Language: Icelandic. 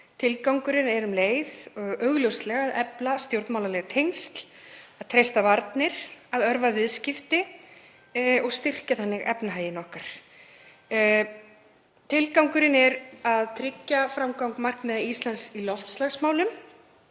landsins en um leið að efla stjórnmálaleg tengsl, að treysta varnir, að örva viðskipti og styrkja þannig efnahag okkar. Tilgangurinn er að tryggja framgang markmiða Íslands í loftslagsmálum.